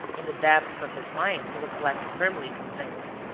in the depths of his mind, he was less firmly convinced.